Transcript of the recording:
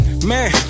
Man